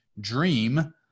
Dream